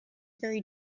very